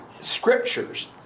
scriptures